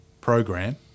program